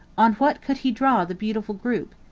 on what could he draw the beautiful group?